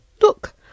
Look